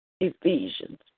Ephesians